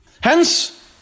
Hence